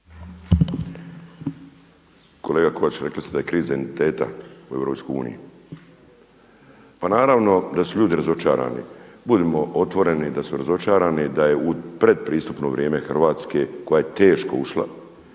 Kolega Kovač, rekli ste da je kriza identiteta u Europskoj uniji. Pa naravno da su ljudi razočarani. Budimo otvoreni da su razočarani da je u predpristupno vrijeme Hrvatske koja je teško ušla,